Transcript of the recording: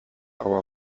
our